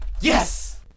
Yes